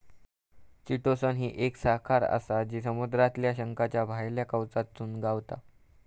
chitosan ही एक साखर आसा जी समुद्रातल्या शंखाच्या भायल्या कवचातसून गावता